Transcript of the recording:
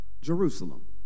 Jerusalem